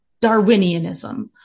Darwinianism